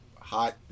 Hot